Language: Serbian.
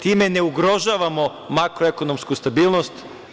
Time ne ugrožavamo makroekonomsku stabilnost.